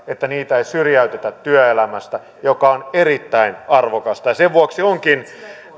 että nuoria syrjäytetään työelämästä mikä on erittäin arvokasta sen vuoksi onkin